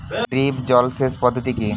Drip জল সেচ পদ্ধতি কি?